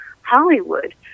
Hollywood